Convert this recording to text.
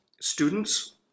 students